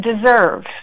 deserve